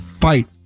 fight